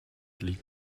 liegt